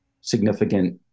significant